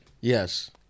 Yes